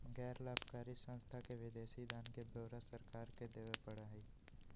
गैर लाभकारी संस्था के विदेशी दान के ब्यौरा सरकार के देवा पड़ा हई